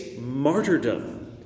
martyrdom